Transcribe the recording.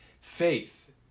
Faith